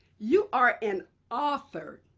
you are an author.